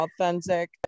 authentic